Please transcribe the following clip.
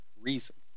reasons